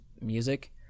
music